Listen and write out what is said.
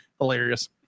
hilarious